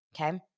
okay